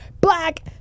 black